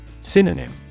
Synonym